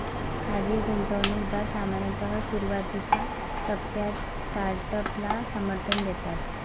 खाजगी गुंतवणूकदार सामान्यतः सुरुवातीच्या टप्प्यात स्टार्टअपला समर्थन देतात